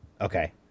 okay